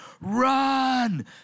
run